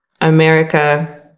America